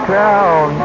town